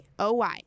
oy